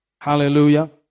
Hallelujah